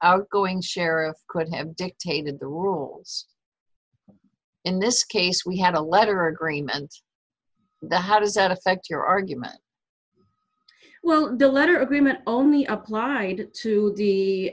outgoing sheriff could have dictated the rules in this case we had a letter agreement the how does that affect your argument well the letter agreement only applied to